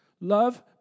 Love